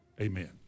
Amen